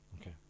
Okay